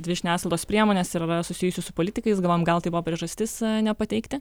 dvi žiniasklaidos priemonės ir yra susijusios su politikais galvojom gal tai buvo priežastis nepateikti